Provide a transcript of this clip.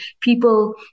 people